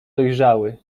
dojrzały